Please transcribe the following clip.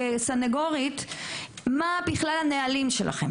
כך שהנושא של התיעוד הוא משהו שהמשטרה מאוד minded אליו,